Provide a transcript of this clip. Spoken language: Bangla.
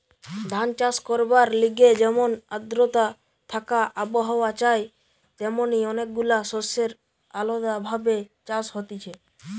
ধান চাষ করবার লিগে যেমন আদ্রতা থাকা আবহাওয়া চাই তেমনি অনেক গুলা শস্যের আলদা ভাবে চাষ হতিছে